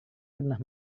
pernah